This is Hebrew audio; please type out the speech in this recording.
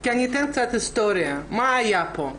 כי אני אתן קצת היסטוריה מה היה פה.